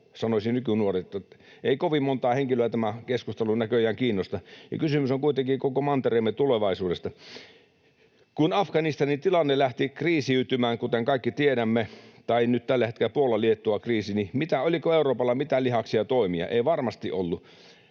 sanoisivat nykynuoret. Ei kovin montaa henkilöä tämä keskustelu näköjään kiinnosta, ja kysymys on kuitenkin koko mantereemme tulevaisuudesta. Kun Afganistanin tilanne lähti kriisiytymään, kuten kaikki tiedämme, tai nyt tällä hetkellä on Puola—Liettua-kriisi, niin oliko Euroopalla mitään lihaksia toimia? Ei varmasti ollut.